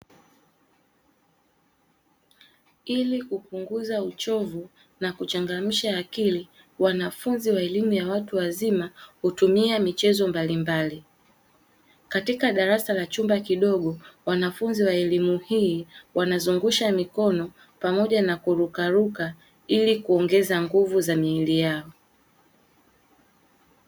Ili kupunguza uchovu na kuchangamsha akili, wanafunzi wa elimu ya watu wazima hutumia michezo mbalimbali. Katika darasa la chumba kidogo, wanafunzi wa elimu hii wanazungusha mikono pamoja na kuruka ruka, ili kuongeza nguvu za miili yao.